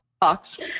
box